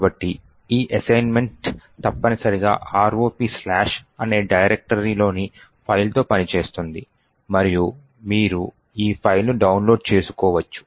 కాబట్టి ఈ అసైన్మెంట్ తప్పనిసరిగా ROP అనే డైరెక్టరీలోని ఫైల్తో పనిచేస్తుంది మరియు మీరు ఈ ఫైల్ను డౌన్లోడ్ చేసుకోవచ్చు